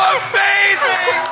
amazing